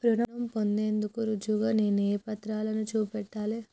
రుణం పొందేందుకు రుజువుగా నేను ఏ పత్రాలను చూపెట్టాలె?